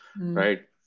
right